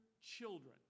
children